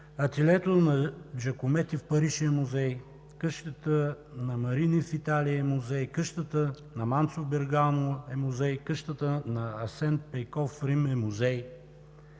ателието на Джакомети в Париж е музей, къщата на Марини в Италия е музей, къщата на Манци в Бергамо е музей, къщата на Асен Пейков в Рим е музей,